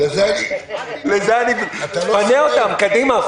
פנה אותם, קדימה.